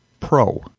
Pro